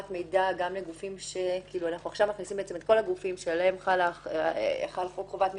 את כל הגופים שחל עליהם חוק חובת מכרזים,